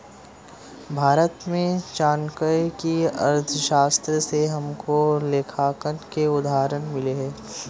भारत में चाणक्य की अर्थशास्त्र से हमको लेखांकन के उदाहरण मिलते हैं